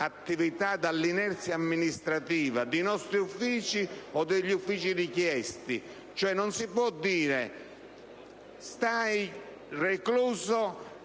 dall'inerzia amministrativa di nostri uffici o degli uffici richiesti. Non si può affermare che si resta